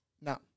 No